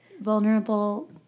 vulnerable